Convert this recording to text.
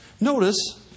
Notice